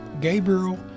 Gabriel